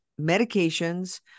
medications